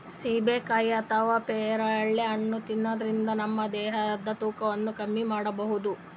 ಸೀಬೆಕಾಯಿ ಅಥವಾ ಪೇರಳೆ ಹಣ್ಣ್ ತಿನ್ನದ್ರಿನ್ದ ನಮ್ ದೇಹದ್ದ್ ತೂಕಾನು ಕಮ್ಮಿ ಮಾಡ್ಕೊಬಹುದ್